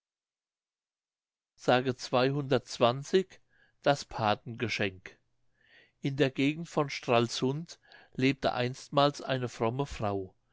s das pathengeschenk in der gegend von stralsund lebte einstmals eine fromme frau